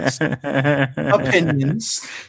Opinions